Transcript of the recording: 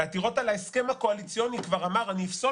בעתירות על ההסכם הקואליציוני כבר אמר אני אפסול